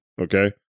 Okay